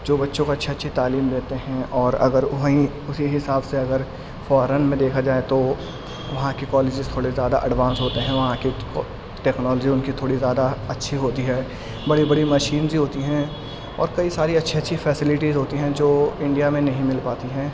جو بچوں کو اچھی اچھی تعلیم دیتے ہیں اور اگر وہیں اسی حساب سے اگر فورن میں دیکھا جائے تو وہاں کے کالیجز تھوڑے زیادہ ایڈوانس ہوتے ہیں وہاں کے ٹیکنالوجی ان کی تھوڑی زیادہ اچھی ہوتی ہے بڑی بڑی مشینز ہوتی ہیں اور کئی ساری اچھی اچھی فیسلٹیز ہوتی ہیں جو اںڈیا میں نہیں مل پاتی ہیں